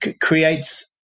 creates